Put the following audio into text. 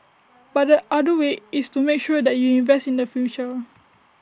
but the other way is to make sure that you invest in the future